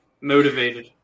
motivated